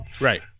Right